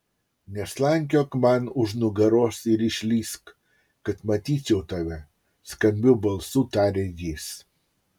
neslankiok man už nugaros ir išlįsk kad matyčiau tave skambiu balsu tarė jis